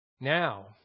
Now